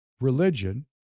religion